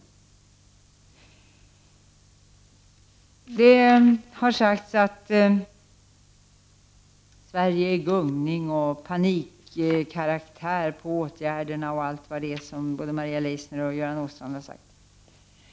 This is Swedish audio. Maria Leissner och Göran Åstrand har sagt att Sverige är i gungning, att det är panikkaraktär på åtgärderna, m.m.